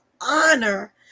honor